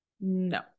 no